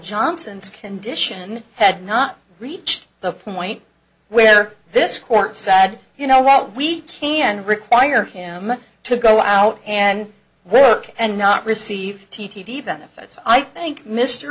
johnson's condition had not reached the point where this court said you know well we can require him to go out and work and not receive t t t benefits i think mr